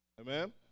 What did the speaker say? Amen